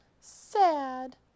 Sad